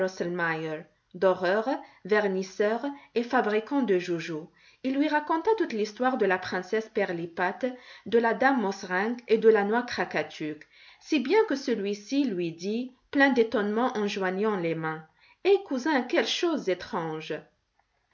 drosselmeier doreur vernisseur et fabricant de joujoux il lui raconta toute l'histoire de la princesse pirlipat de la dame mauserink et de la noix krakatuk si bien que celui-ci lui dit plein d'étonnement en joignant les mains eh cousin quelles choses étranges